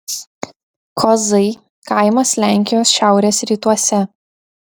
kozai kaimas lenkijos šiaurės rytuose